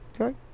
Okay